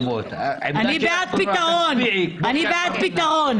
שהם פחותים מבחינת הפגיעה בזכויות מאשר סגירה מוחלטת,